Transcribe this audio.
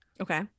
Okay